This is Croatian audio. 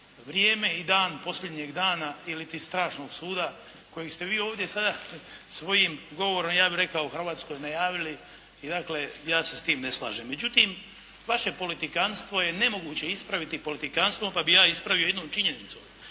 vrijeme i dan posljednjeg dana ili ti strašnog suda kojeg ste vi ovdje sada, svojim govorom, ja bih rekao, Hrvatskoj najavili i dakle, ja se sa time ne slažem. Međutim, vaše politikanstvo je nemoguće ispraviti politikanstvom pa bih ja ispravio jednom činjenicom.